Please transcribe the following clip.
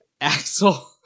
Axel